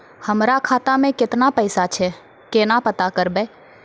हमरा खाता मे केतना पैसा छै, केना पता करबै?